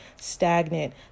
stagnant